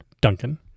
Duncan